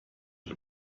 let